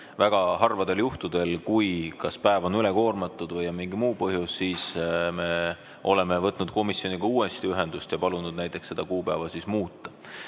Väga harvadel juhtudel, kui päev on kas üle koormatud või on mingi muu põhjus, me oleme võtnud komisjoniga uuesti ühendust ja palunud näiteks seda kuupäeva muuta.